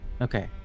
okay